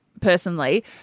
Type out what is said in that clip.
personally